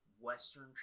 western